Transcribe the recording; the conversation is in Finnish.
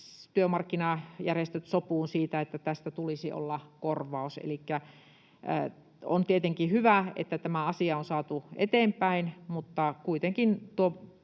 työmarkkinajärjestöt pääsisivät sopuun siitä, että tästä tulisi olla korvaus. On tietenkin hyvä, että tämä asia on saatu eteenpäin, mutta kuitenkin